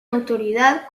autoridad